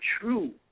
true